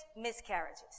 miscarriages